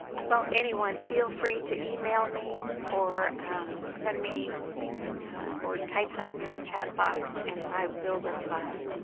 well, anyone feel free to email me or send me or type something in the chat box and i will reply.